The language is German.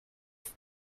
ist